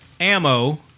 ammo